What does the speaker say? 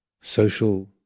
social